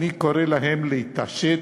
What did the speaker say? אני קורא להם להתעשת.